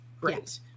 great